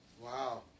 Wow